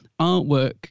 artwork